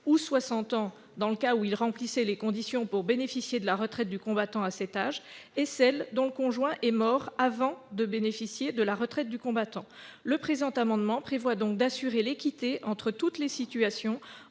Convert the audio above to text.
(ou 60 ans dans les cas où il remplissait les conditions pour bénéficier de la retraite du combattant à cet âge) et celle dont le conjoint est mort avant de bénéficier de la retraite du combattant ». Le présent amendement vise à assurer l'équité entre toutes les situations,